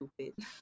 stupid